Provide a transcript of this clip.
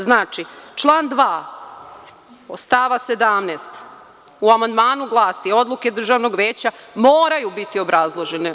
Znači, član 2. od stava 17. u amandmanu glasi – odluke državnog veća moraju biti obrazložene.